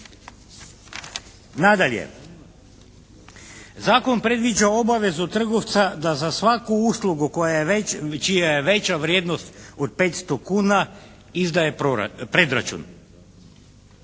Nadalje, zakon predviđa obavezu trgovca da za svaku uslugu čija je veća vrijednost od 500 kuna izdaje predračun.